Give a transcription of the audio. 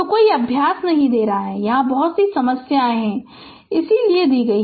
तोकोई अभ्यास नहीं दे रहे है यहां बहुत सी समस्याएं हैं इसलिए नहीं दी है